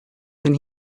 then